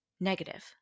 negative